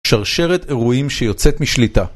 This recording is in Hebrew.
שרשרת אירועים שיוצאת משליטה